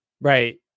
Right